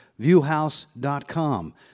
viewhouse.com